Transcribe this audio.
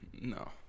No